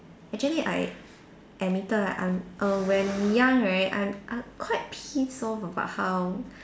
actually I admitted like I'm err when young right I I quite pissed off about how